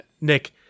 Nick